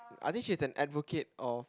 I think she's an advocate of